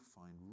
find